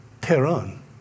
Tehran